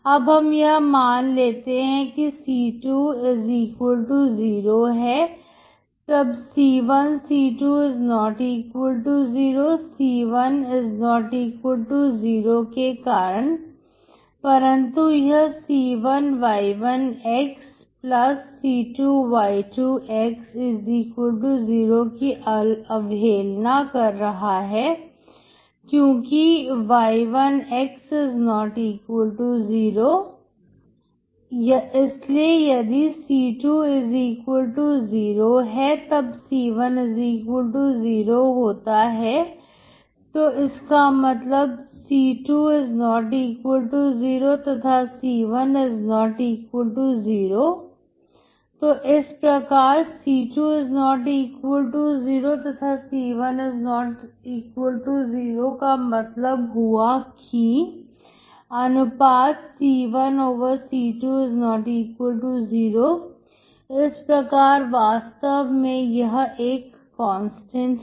अब हम यह मान लेते हैं कि c20 है तब c1 c2 ≠0 c1≠0 के कारण परंतु यह c1y1xc2y2x0 की अवहेलना कर रहा है क्योंकि y1x≠0 इसलिए यदि c20 है तब c10 होता है तो इसका मतलब c2≠0 तथा c1≠0 तो इस प्रकार c2≠0 and c1≠0 का मतलब हुआ कि अनुपात c1c2≠0 इस प्रकार यह वास्तव में एक कांस्टेंट है